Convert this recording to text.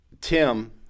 Tim